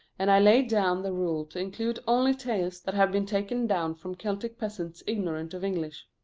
and i laid down the rule to include only tales that have been taken down from celtic peasants ignorant of english.